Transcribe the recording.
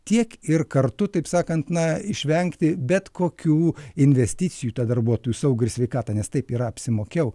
tiek ir kartu taip sakant na išvengti bet kokių investicijų į tą darbuotojų saugą ir sveikatą nes taip yra apsimokiau